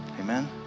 Amen